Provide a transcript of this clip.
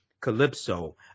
Calypso